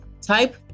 type